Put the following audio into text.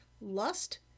lust